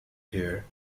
here